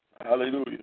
Hallelujah